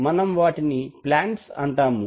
మనం వాటిని ప్లాంట్స్ అంటాము